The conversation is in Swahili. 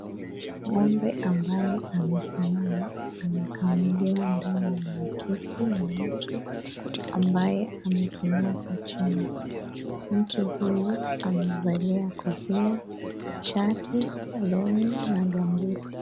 Ng'ombe ambaye amesimama, anakamuliwa ndani ya baketi na mtu. Ambaye amekunyati chini. Mtu huyu amevalia kofia, shati, longi na gambuti.